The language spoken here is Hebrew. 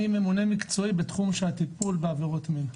ממונה מקצועי בתחום של הטיפול בעבירות מין.